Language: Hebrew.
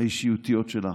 האישיותיות שלך,